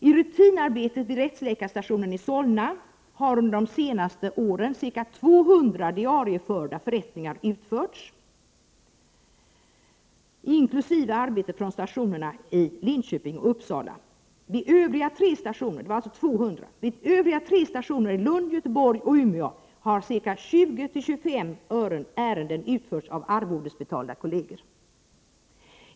I rutinarbetet vid rättsläkarstationen i Solna har under de senaste åren ca 200 diarieförda förrättningar utförts, inkl. arbete från stationerna i Linköping och Uppsala. Vid övriga tre stationer, i Lund, Göteborg och Umeå, har ca 20-25 ärenden utförts av arvodesbetalda kolleger.